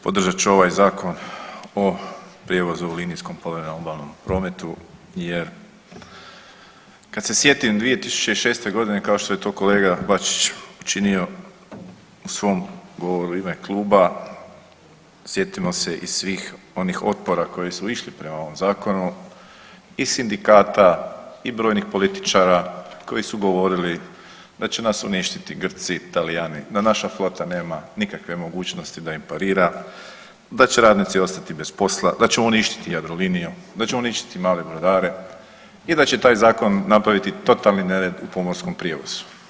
Podržat ću ovaj Zakon o prijevozu u linijskom povremenom obalnom prometu jer kad se sjetim 2006.g. kao što je to kolega Bačić učinio u svom govoru u ime kluba sjetimo se i svih onih otpora koji su išli prema ovom zakonu i sindikata, i brojnih političara koji su govorili da će nas uništiti Grci, Talijani, da naša flota nema nikakve mogućnosti da im parira, da će radnici ostati bez posla, da će uništiti Jadroliniju, da će uništiti mlade brodare i da će taj zakon napraviti totalni nered u pomorskom prijevozu.